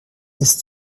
ist